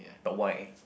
but why